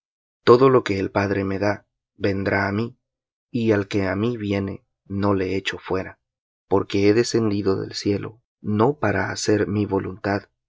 todo lo que el padre me da vendrá á mí y al que á mí viene no echo fuera porque he descendido del cielo no para hacer mi voluntad